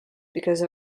because